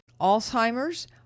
Alzheimer's